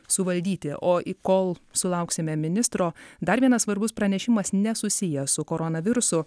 suvaldyti o į kol sulauksime ministro dar vienas svarbus pranešimas nesusijęs su koronavirusu